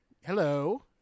Hello